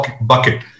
bucket